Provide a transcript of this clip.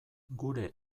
gure